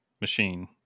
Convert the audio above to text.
machine